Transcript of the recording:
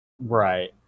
Right